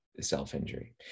self-injury